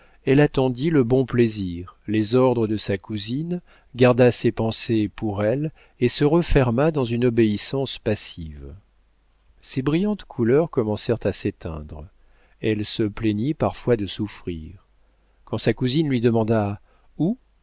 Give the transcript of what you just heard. elle attendit le bon plaisir les ordres de sa cousine garda ses pensées pour elle et se renferma dans une obéissance passive ses brillantes couleurs commencèrent à s'éteindre elle se plaignit parfois de souffrir quand sa cousine lui demanda où